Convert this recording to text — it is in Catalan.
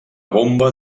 bomba